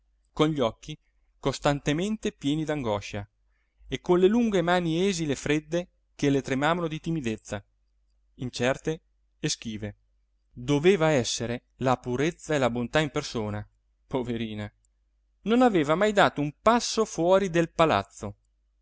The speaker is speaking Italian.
con gli occhi costantemente pieni d'angoscia e con le lunghe mani esili e fredde che le tremavano di timidezza incerte e schive doveva essere la purezza e la bontà in persona poverina non aveva mai dato un passo fuori del palazzo